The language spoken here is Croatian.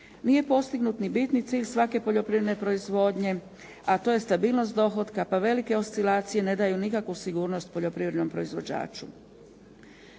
Nije postignut ni bitni cilj svake poljoprivredne proizvodnje a to je stabilnost dohotka pa velike oscilacije ne daju nikakvu sigurnost poljoprivrednom proizvođaču.